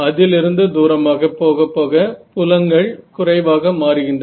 அதிலிருந்து தூரமாக போகப்போக புலங்கள் 1r என்ற விகிதத்தில் குறைவாக மாறுகின்றன